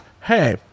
hey